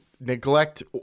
neglect